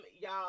y'all